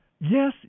Yes